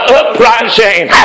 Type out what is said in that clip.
uprising